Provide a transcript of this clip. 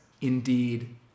indeed